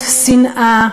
שנאה,